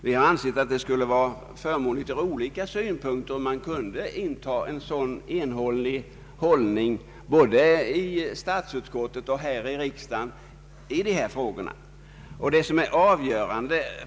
Vi har ansett att det skulle vara tillfredsställande om vi intar en enhetlig hållning i statsutskottet och i riksdagen i dessa frågor.